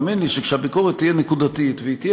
והאמן לי שכשהביקורת תהיה נקודתית והיא תהיה